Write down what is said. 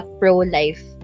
pro-life